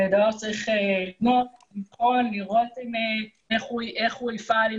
דבר שצריך לבחון ולראות איך הוא יפעל,